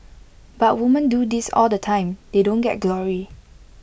but women do this all the time they don't get glory